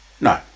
No